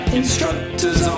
instructors